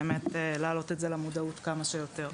באמת להעלות את זה למודעות כמה שיותר.